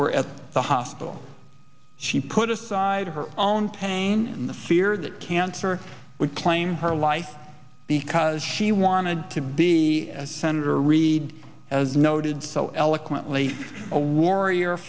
were at the hospital she put aside her own pain in the fear that cancer would claim her life because she wanted to be a senator reed as noted so eloquently a warrior